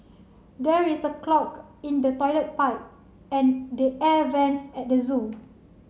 there is a clog in the toilet pipe and the air vents at the zoo